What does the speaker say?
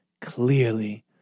clearly